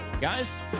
Guys